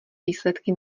výsledky